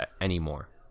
anymore